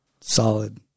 solid